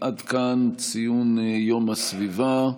עד כאן ציון יום הסביבה.